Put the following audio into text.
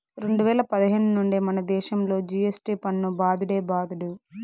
రెండు వేల పదిహేను నుండే మనదేశంలో జి.ఎస్.టి పన్ను బాదుడే బాదుడు